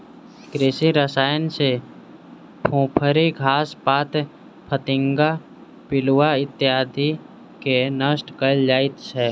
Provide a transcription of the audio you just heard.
कृषि रसायन सॅ फुफरी, घास पात, फतिंगा, पिलुआ इत्यादिके नष्ट कयल जाइत छै